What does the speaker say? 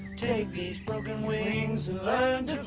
take these broken wings and learn